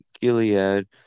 Gilead